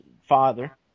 father